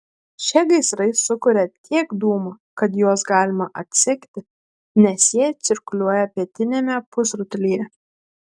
šie gaisrai sukuria tiek dūmų kad juos galima atsekti nes jie cirkuliuoja pietiniame pusrutulyje